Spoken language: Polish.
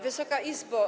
Wysoka Izbo!